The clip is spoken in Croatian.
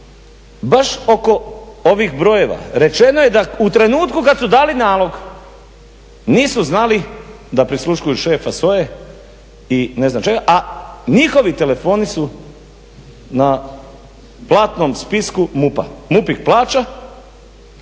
baš oko ovih brojeva rečeno je da u trenutku kad su dali nalog nisu znali da prisluškuju šefa SOA-e i ne znam čega, a njihovi telefoni su na platnom spisku MUP-a. MUP ih plaća